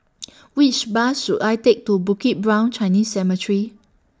Which Bus should I Take to Bukit Brown Chinese Cemetery